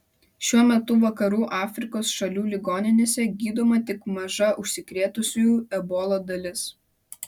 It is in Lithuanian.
šiuo metu vakarų afrikos šalių ligoninėse gydoma tik maža užsikrėtusiųjų ebola dalis